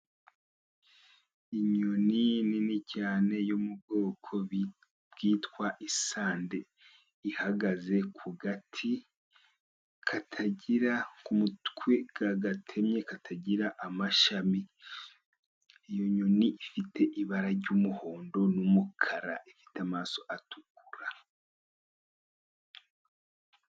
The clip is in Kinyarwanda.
Inyoni nini cyane yo mu bwoko bwitwa isande, ihagaze ku gati katagira k'umutwe gatemye katagira amashami, iyo nyoni ifite ibara ry'umuhondo n'umukara ifite amaso atukura.